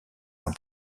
d’un